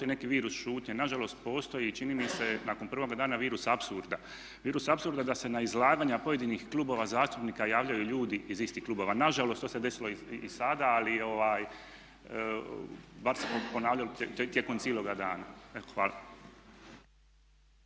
neki virus šutnje. Nažalost postoji i čini mi se nakon prvoga dana virus apsurda da se na izlaganja pojedinih klubova zastupnika javljaju ljudi iz istih klubova. Nažalost to se desilo i sada, ali se ponavlja i tijekom cijeloga dana. Evo,